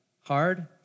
hard